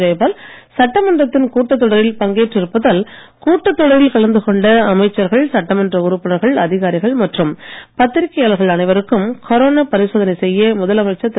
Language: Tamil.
ஜெயபால் சட்டமன்றத்தின் கூட்டத்தொடரில் பங்கேற்று இருப்பதால் கூட்டத்தொடரில் கலந்து கொண்ட அமைச்சர்கள் சட்டமன்ற உறுப்பினர்கள் அதிகாரிகள் மற்றும் பத்திரிக்கையாளர்கள் அனைவருக்கும் கொரோனா பரிசோதனை செய்ய முதலமைச்சர் திரு